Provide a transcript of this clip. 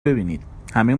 ببینیدهمه